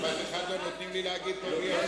משפט אחד לא נותנים לי להגיד פה בלי הפרעה.